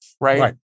Right